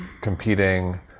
competing